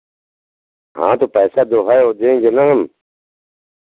हाँ तो पैसा जो है वो देंगे न हम